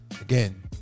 again